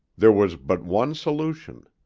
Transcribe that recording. there was but one solution.